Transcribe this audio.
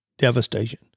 Devastation